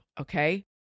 Okay